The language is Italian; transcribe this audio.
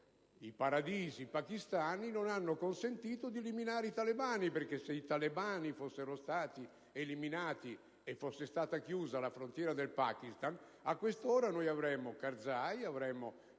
i santuari pakistani non hanno consentito di eliminare i talebani, perché, se questi fossero stati eliminati e fosse stata chiusa la frontiera del Pakistan, a quest'ora avremmo Karzai, avremmo